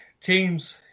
teams